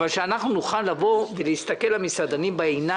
אבל שאנחנו נוכל להסתכל למסעדנים ולבעלי